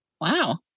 Wow